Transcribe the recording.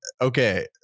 okay